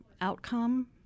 outcome